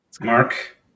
Mark